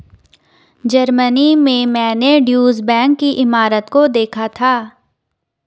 Germany में मैंने Deutsche bank की इमारत को देखा था